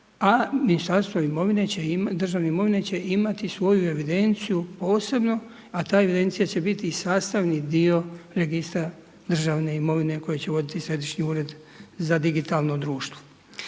a Ministarstvo državne imovine će imati svoju evidenciju posebno a ta evidencija će biti i sastavni dio registra državne imovine koji će voditi Središnji ured za digitalno društvo.